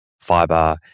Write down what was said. Fiber